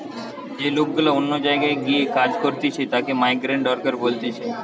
যে লোক গুলা অন্য জায়গায় গিয়ে কাজ করতিছে তাকে মাইগ্রান্ট ওয়ার্কার বলতিছে